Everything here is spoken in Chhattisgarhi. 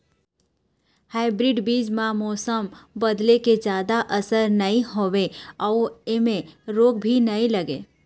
हाइब्रीड बीज म मौसम बदले के जादा असर नई होवे अऊ ऐमें रोग भी नई लगे